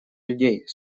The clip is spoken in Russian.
людей